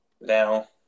Now